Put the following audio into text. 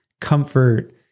comfort